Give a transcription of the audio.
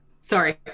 Sorry